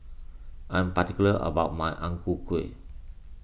I'm particular about my Ang Ku Kueh